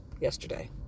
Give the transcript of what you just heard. yesterday